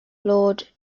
lord